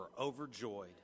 overjoyed